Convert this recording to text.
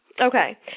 Okay